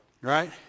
Right